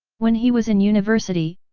when he was in university,